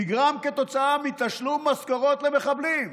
נגרם כתוצאה מתשלום משכורות למחבלים,